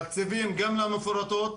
תקציבים גם למפורטות,